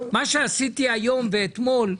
מה שעשיתי היום ואתמול,